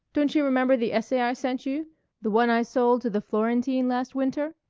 don't you remember the essay i sent you the one i sold to the florentine last winter?